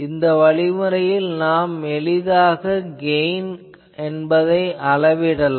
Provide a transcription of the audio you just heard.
இந்த வழிமுறையில் நாம் எளிதாக கெயின் என்பதை அளவிடலாம்